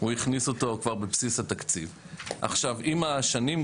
הכניס לבסיס 5 מיליון בשביל כן לייצר את הוודאות הזאתי.